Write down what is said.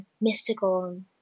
mystical